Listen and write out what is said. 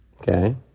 Okay